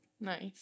Nice